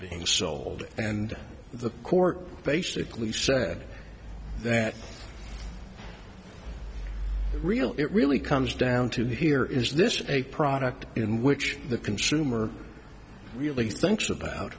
being sold and the court basically said that the real it really comes down to here is this is a product in which the consumer really thinks about